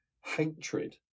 hatred